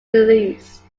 released